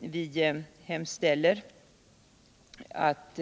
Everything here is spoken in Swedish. Vi hemställer att